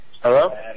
Hello